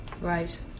Right